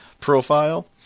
profile